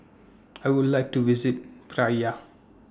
I Would like to visit Praia